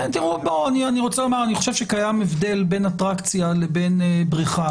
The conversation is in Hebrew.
אני חושב שקיים הבדל בין אטרקציה לבין בריכה.